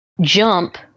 jump